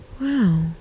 Wow